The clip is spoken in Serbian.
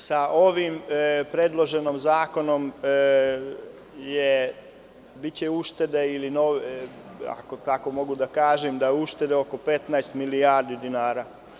Sa ovim predloženim zakonom biće uštede, ako tako mogu da kažem, oko 15 milijardi dinara.